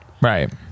right